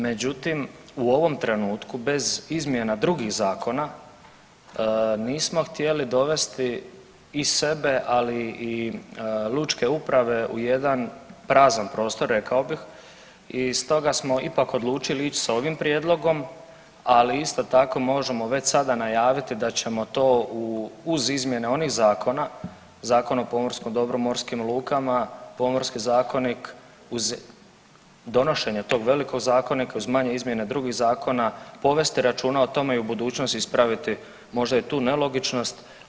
Međutim, u ovom trenutku bez izmjena drugih Zakona nismo htjeli dovesti i sebe, ali i lučke uprave u jedan prazan prostor rekao bih i stoga smo ipak odlučili ići s ovim prijedlogom, ali isto tako možemo već sada najaviti da ćemo to uz izmjene onih Zakona, Zakon o pomorskom dobru, morskim lukama, pomorski zakonik uz donošenje tog velikog zakonika uz manje izmjene drugih Zakona povesti računa o tome i u budućnosti ispraviti možda i tu nelogičnost.